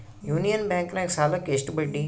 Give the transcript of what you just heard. Union ಬ್ಯಾಂಕಿನಾಗ ಸಾಲುಕ್ಕ ಎಷ್ಟು ಬಡ್ಡಿ?